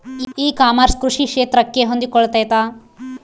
E commerce ಕೃಷಿ ಕ್ಷೇತ್ರಕ್ಕೆ ಹೊಂದಿಕೊಳ್ತೈತಾ?